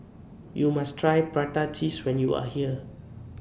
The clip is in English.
YOU must Try Prata Cheese when YOU Are here